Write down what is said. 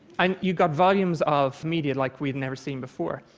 and you got volumes of media like we'd never seen before.